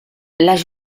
les